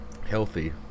Healthy